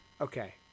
Okay